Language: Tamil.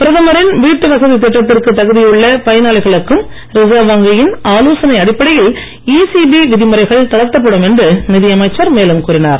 பிரதமரின் வீட்டு வசதித் திட்டத்திற்கு தகுதியுள்ள பயனாளிகளுக்கும் ரிசர்வ் வங்கியின் ஆலோசனை அடிப்படையில் ஈசிபி விதிமுறைகள் தளர்த்தப்படும் என்று நிதி அமைச்சர் மேலும் கூறினார்